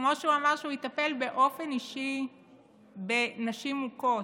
כמו שהוא אמר שהוא יטפל באופן אישי בנשים מוכות.